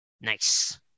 Nice